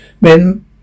Men